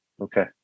Okay